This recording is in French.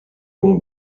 long